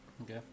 Okay